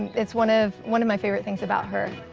it's one of, one of my favorite things about her.